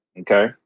Okay